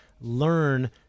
learn